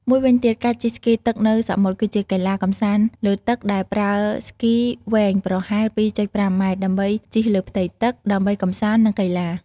មួយវិញទៀតការជិះស្គីទឹកនៅសមុទ្រ គឺជាកីឡាកម្សាន្តលើទឹកដែលប្រើស្គីវែងប្រហែល ២.៥ ម៉ែត្រ ដើម្បីជិះលើផ្ទៃទឹក សម្រាប់កំសាន្ត និងកីឡា។